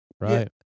Right